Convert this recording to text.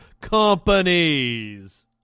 companies